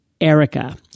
erica